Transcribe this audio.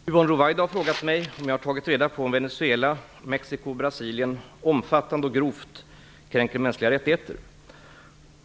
Herr talman! Yvonne Ruwaida har frågat mig om jag har tagit reda på om Venezuela, Mexico och Brasilien "omfattande och grovt" kränker mänskliga rättigheter.